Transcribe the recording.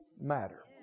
matter